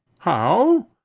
how?